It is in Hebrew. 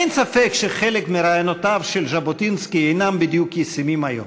אין ספק שחלק מרעיונותיו של ז'בוטינסקי אינם ישימים בדיוק היום.